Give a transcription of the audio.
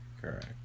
Correct